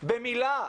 במילה.